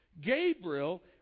Gabriel